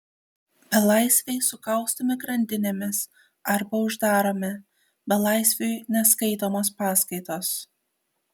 belaisviai sukaustomi grandinėmis arba uždaromi belaisviui neskaitomos paskaitos